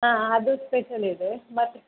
ಹಾಂ ಅದು ಸ್ಪೆಷಲ್ ಇದೆ ಮತ್ತು